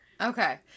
okay